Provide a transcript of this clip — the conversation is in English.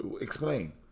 Explain